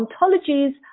ontologies